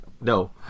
No